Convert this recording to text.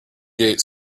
gate